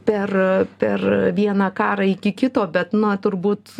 per per vieną karą iki kito bet na turbūt